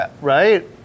right